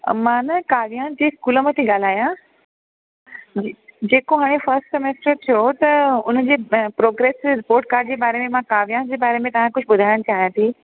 अ मां न काव्यांश जे इस्कूल मां थी ॻाल्हायां जी जेको हाणे फस्ट में शिफ्ट थियो त उनजे ब प्रोग्रेस रिपोर्ट काड जे बारे में मां काव्यांश जे बारे में तव्हांखे कुझु ॿुधाइण चाहियां थी